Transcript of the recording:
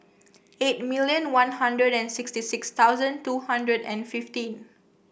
eight million One Hundred sixty six thousand two hundred and fifteen